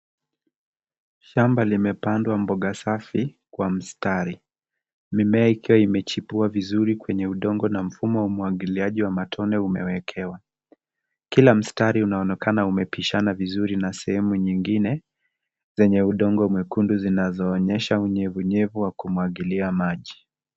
Shamba limepandwa mboga safi kwa mstari, mimea ikiwa imechipuka vizuri kwenye udongo na mfumo wa umwagiliaji wa matone umewekew, kila mstari unaonekana umepishana vizuri na sehemu ningine zenye udongo mwekundu zinazoonyesha unyevunyevu wa kumwagilia maji.